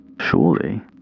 surely